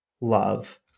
love